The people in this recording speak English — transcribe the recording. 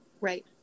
Right